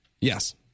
Yes